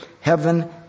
heaven